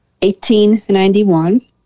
1891